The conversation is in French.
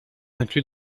inclus